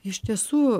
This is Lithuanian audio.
iš tiesų